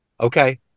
Okay